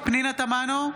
פנינה תמנו,